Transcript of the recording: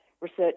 research